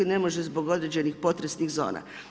Ne može zbog određenih potresnih zona.